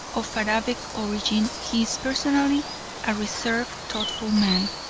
of arabic origin he is personally a reserved, thoughtful man,